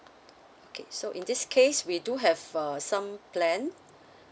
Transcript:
okay so in this case we do have uh some plan